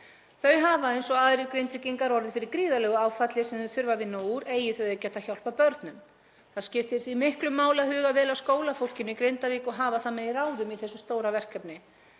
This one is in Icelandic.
Þau hafa eins og aðrir Grindvíkingar orðið fyrir gríðarlegu áfalli sem þau þurfa að vinna úr, eigi þau geta hjálpað börnum. Það skiptir því miklu máli að huga vel að skólafólkinu í Grindavík og hafa það með í ráðum í þessu stóra verkefni.